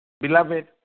beloved